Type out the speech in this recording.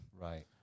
Right